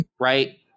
right